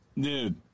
Dude